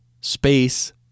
space